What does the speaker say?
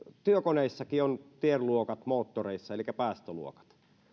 työkoneissakin on tieluokat moottoreissa elikkä päästöluokat